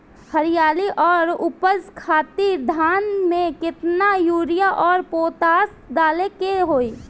हरियाली और उपज खातिर धान में केतना यूरिया और पोटाश डाले के होई?